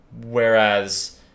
whereas